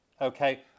Okay